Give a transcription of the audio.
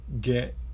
get